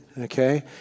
okay